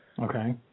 Okay